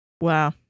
Wow